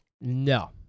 No